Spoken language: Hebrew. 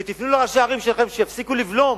ותפנו לראשי הערים שלכם שיפסיקו לבלום